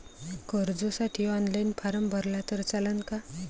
कर्जसाठी online form भरला तर चालन का?